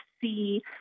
see